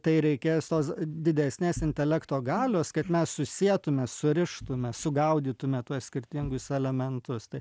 tai reikės tos didesnės intelekto galios kad mes susietume surištume sugaudytume tuos skirtingus elementus tai